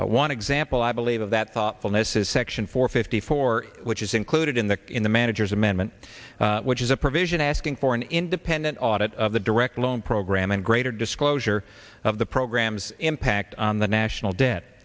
one example i believe of that thoughtfulness is section four fifty four which is included in the in the manager's amendment which is a provision asking for an independent audit of the direct loan program and greater disclosure of the program's impact on the national debt